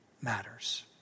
matters